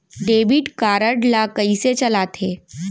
Debit card ला कइसे चलाते?